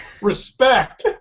Respect